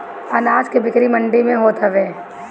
अनाज के बिक्री मंडी में होत हवे